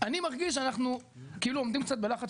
אני מרגיש שאנחנו כאילו עומדים קצת בלחץ